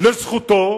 לזכותו